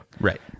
Right